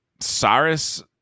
cyrus